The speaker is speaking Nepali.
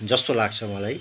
जस्तो लाग्छ मलाई